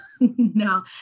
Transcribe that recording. No